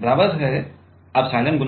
CεAd जो